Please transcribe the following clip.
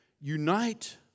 Unite